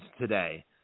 today